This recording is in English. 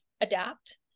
adapt